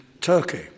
Turkey